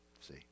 see